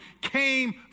came